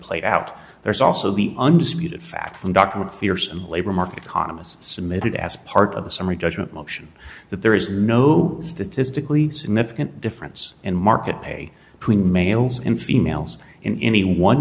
played out there's also the undisputed fact from dr macpherson labor market economists submitted as part of the summary judgment motion that there is no statistically significant difference in market pay between males and females in any one